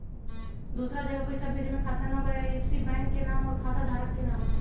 दूसरा जगह पईसा भेजे में खाता नं, आई.एफ.एस.सी, बैंक के नाम, और खाता धारक के नाम?